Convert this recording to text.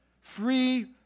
free